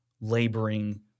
laboring